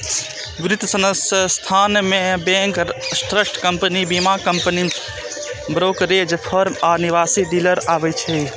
वित्त संस्थान मे बैंक, ट्रस्ट कंपनी, बीमा कंपनी, ब्रोकरेज फर्म आ निवेश डीलर आबै छै